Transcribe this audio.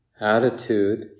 attitude